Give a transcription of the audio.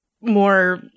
more